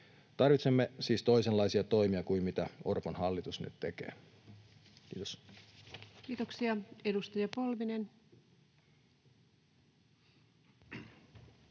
Tarvitsemme siis toisenlaisia toimia kuin mitä Orpon hallitus nyt tekee. — Kiitos. Kiitoksia. — Edustaja Polvinen.